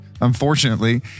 unfortunately